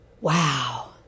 Wow